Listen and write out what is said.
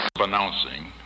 announcing